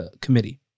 Committee